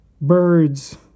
Birds